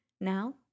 Now